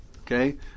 okay